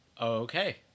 okay